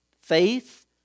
Faith